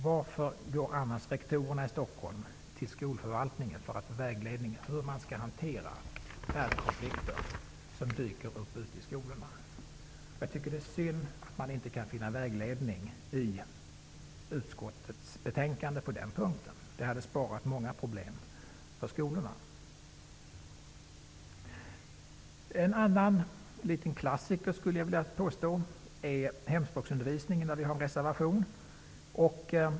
Varför går annars rektorerna i Stockholm till skolförvaltningen för att få vägledning om hur man skall hantera värdekonflikter som dyker upp i skolorna? Jag tycker att det är synd att man på den punkten inte kan finna vägledning i utskottets betänkande. Det hade besparat skolorna många problem. En annan liten klassiker -- skulle jag vilja påstå -- är hemspråksundervisningen, där vi har en reservation.